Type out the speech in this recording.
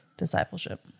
discipleship